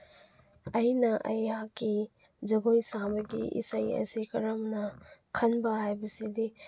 ꯑꯩꯅ ꯑꯩꯍꯥꯛꯀꯤ ꯖꯒꯣꯏ ꯁꯥꯕꯒꯤ ꯏꯁꯩ ꯑꯁꯤ ꯀꯔꯝꯅ ꯈꯟꯕ ꯍꯥꯏꯕꯁꯤꯗꯤ